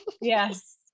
Yes